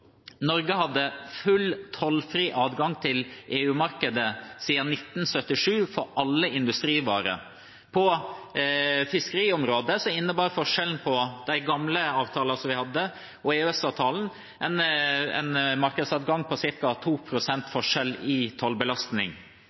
Norge hadde full tollfri adgang til EU-markedet fra 1977 for alle industrivarer. På fiskeriområdet innebar forskjellen mellom de gamle avtalene våre og EØS-avtalen en markedsadgang på ca. 2 pst. i tollbelastning